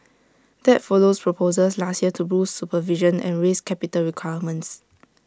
that follows proposals last year to boost supervision and raise capital requirements